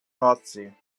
nordsee